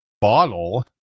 bottle